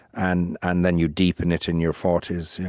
and and then you deepen it in your forty s. yeah